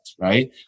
right